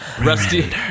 Rusty